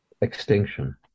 Extinction